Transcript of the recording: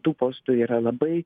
tų postų yra labai